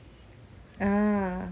ah